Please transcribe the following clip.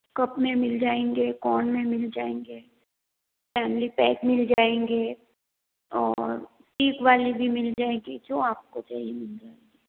cup में मिल जाएंगे कोन में मिल जाएंगे फैमिली पैक मिल जाएंगे और स्टिक वाली भी मिल जाएगी जो आप को चाहिए मिल जाएगी